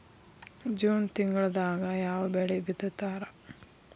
June ತಿಂಗಳದಾಗ ಯಾವ ಬೆಳಿ ಬಿತ್ತತಾರ?